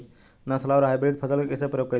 नस्ल आउर हाइब्रिड फसल के कइसे प्रयोग कइल जाला?